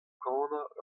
kanañ